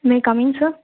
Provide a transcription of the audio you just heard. may I come in sir